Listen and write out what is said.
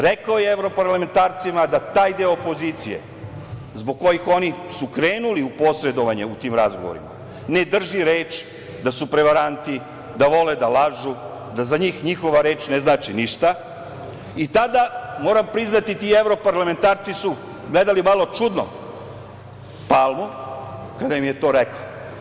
Rekao je evro parlamentarcima da taj deo opozicije zbog kojih su oni krenuli u posredovanje u tim razgovorima ne drži reč, da su prevaranti, da vole da lažu, da za njih njihova reč ne znači ništa i tada, moram priznati, ti evro parlamentarci su gledali malo čudno Palmu kada im je to rekao.